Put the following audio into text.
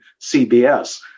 CBS